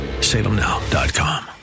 salemnow.com